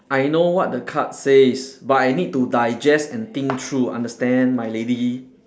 I know what the card says but I need to digest and think through understand my lady